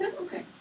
Okay